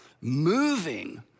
moving